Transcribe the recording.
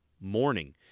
morning